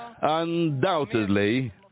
undoubtedly